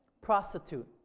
prostitute